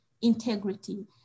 integrity